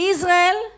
Israel